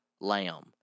lamb